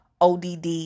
ODD